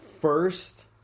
first